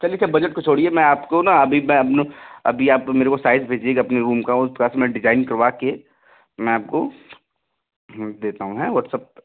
चलिए sir budget को छोड़िए मैं आपको ना अभी मैं अपने अभी आप तो मेरे को साइज भेजिएगा अपने रूम का उस प्रकार से मैं डिज़ाइन करवा के मैं आपको देता हूँ हाँ वाट्सअप पर